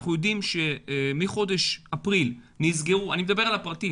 אנחנו יודעים שמחודש אפריל נסגרו אני מדבר על הפרטי,